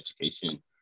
education